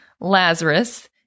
Lazarus